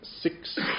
six